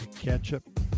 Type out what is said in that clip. ketchup